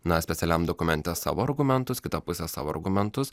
na specialiam dokumente savo argumentus kita pusė savo argumentus